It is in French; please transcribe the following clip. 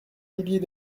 julien